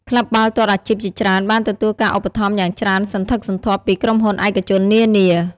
ក្លឹបបាល់ទាត់អាជីពជាច្រើនបានទទួលការឧបត្ថម្ភយ៉ាងច្រើនសន្ធឹកសន្ធាប់ពីក្រុមហ៊ុនឯកជននានា។